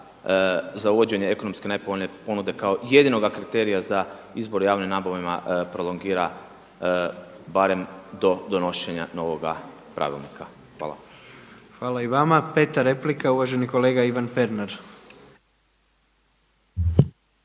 za uvođenje ekonomski najpovoljnije ponude kao jedinoga kriterija za izbor i javnu nabavu prolongira barem do donošenja novoga pravilnika. Hvala. **Jandroković, Gordan (HDZ)** Hvala i vama. Peta replika uvaženi kolega Ivan Pernar.